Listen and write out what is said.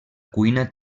cuina